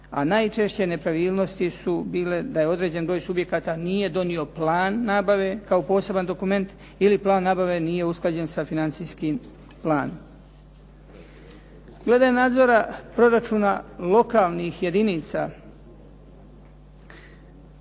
a najčešće nepravilnosti su bile da je određen broj subjekata nije donio plan nabave kao poseban dokument ili plan nabave nije usklađen sa financijskim planom. Glede nadzora proračuna lokalnih jedinica